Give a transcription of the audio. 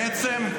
בעצם,